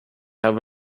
have